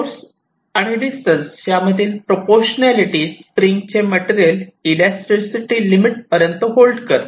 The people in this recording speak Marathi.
फोर्स आणि डिस्टन्स यामधील प्रोपोर्शनालिटी स्प्रिंग चे मटेरियल इलेस्टीसिटी लिमिट पर्यंत होल्ड करते